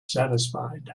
satisfied